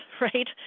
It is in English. right